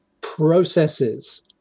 processes